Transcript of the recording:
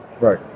Right